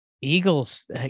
Eagles